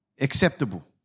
acceptable